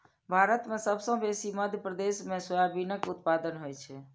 भारत मे सबसँ बेसी मध्य प्रदेश मे सोयाबीनक उत्पादन होइ छै